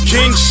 King